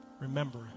Remember